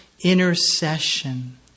intercession